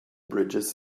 bridges